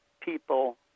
people